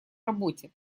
работе